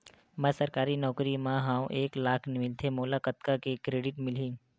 मैं सरकारी नौकरी मा हाव एक लाख मिलथे मोला कतका के क्रेडिट मिलही?